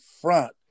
front